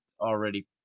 already